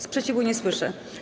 Sprzeciwu nie słyszę.